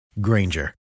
Granger